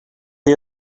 chi